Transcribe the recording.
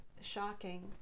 shocking